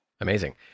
Amazing